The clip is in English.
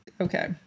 Okay